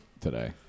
today